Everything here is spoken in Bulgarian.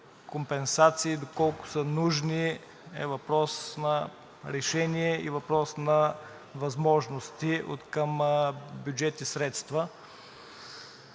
компенсации, колко са нужни, е въпрос на решение и въпрос на възможности откъм бюджетни средства.